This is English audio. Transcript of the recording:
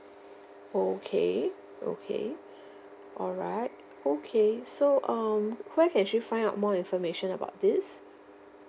okay okay alright okay so um where can she find out more information about this